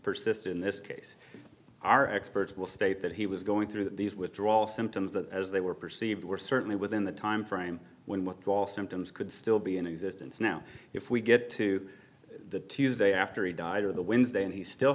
persist in this case our experts will state that he was going through these withdrawal symptoms that as they were perceived were certainly within the timeframe when withdrawal symptoms could still be in existence now if we get to the tuesday after he died or the wins day and he's still